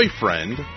boyfriend